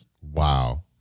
Wow